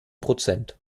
prozent